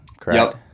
correct